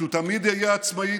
שהוא תמיד יהיה עצמאי,